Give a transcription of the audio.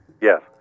Yes